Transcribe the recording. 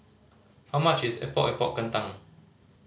how much is Epok Epok Kentang